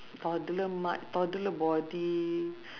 toddler toddler body